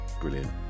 brilliant